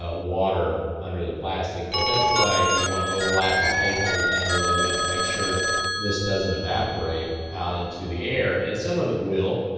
ah water under the plastic, but that's why you want to overlap and tape everything really good to make sure this doesn't evaporate out into the air and some of it will.